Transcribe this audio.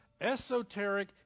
esoteric